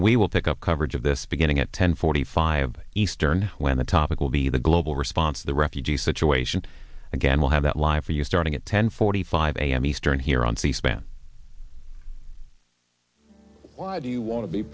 we will pick up coverage of this beginning at ten forty five eastern when the topic will be the global response the refugee situation again we'll have that live for you starting at ten forty five a m eastern here on c span do you want to be